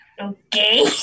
Okay